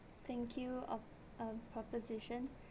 thank you of~ uh proposition